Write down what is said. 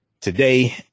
today